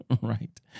right